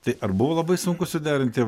tai ar buvo labai sunku suderinti